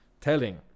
telling